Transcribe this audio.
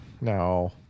No